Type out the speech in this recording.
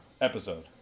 episode